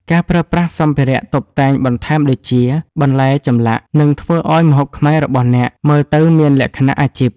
ការប្រើប្រាស់សម្ភារៈតុបតែងបន្ថែមដូចជា បន្លែចម្លាក់ នឹងធ្វើឱ្យម្ហូបខ្មែររបស់អ្នកមើលទៅមានលក្ខណៈអាជីព។